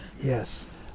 Yes